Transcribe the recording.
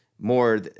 more